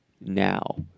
now